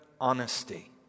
honesty